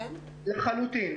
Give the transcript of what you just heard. לחלוטין.